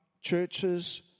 churches